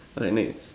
alright next